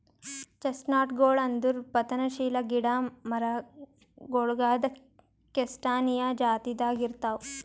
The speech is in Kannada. ಚೆಸ್ಟ್ನಟ್ಗೊಳ್ ಅಂದುರ್ ಪತನಶೀಲ ಗಿಡ ಮರಗೊಳ್ದಾಗ್ ಕ್ಯಾಸ್ಟಾನಿಯಾ ಜಾತಿದಾಗ್ ಇರ್ತಾವ್